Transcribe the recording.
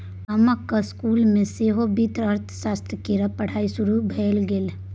गामक इसकुल मे सेहो वित्तीय अर्थशास्त्र केर पढ़ाई शुरू भए गेल